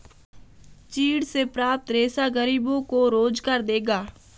चीड़ से प्राप्त रेशा गरीबों को रोजगार देगा